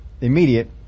immediate